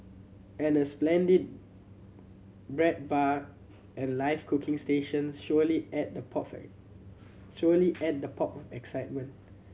and a splendid bread bar and live cooking stations surely add the pop surely add the pop of excitement